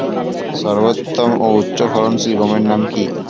সর্বোত্তম ও উচ্চ ফলনশীল গমের নাম কি?